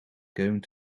going